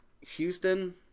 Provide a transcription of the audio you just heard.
Houston